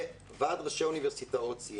שוועד ראשי האוניברסיטאות ציין,